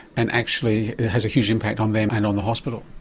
and actually it has a huge impact on them and on the hospital.